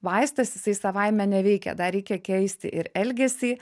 vaistas jisai savaime neveikia dar reikia keisti ir elgesį